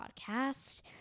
podcast